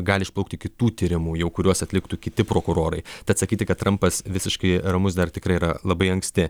gali išplaukti kitų tyrimų jau kuriuos atliktų kiti prokurorai tad sakyti kad trampas visiškai ramus dar tikrai yra labai anksti